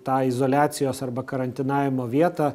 tą izoliacijos arba karantinavimo vietą